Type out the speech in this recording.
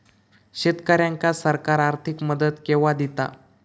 शेतकऱ्यांका सरकार आर्थिक मदत केवा दिता?